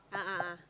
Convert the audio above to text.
a'ah a'ah